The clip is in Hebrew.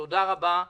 תודה רבה.